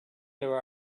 there